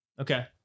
okay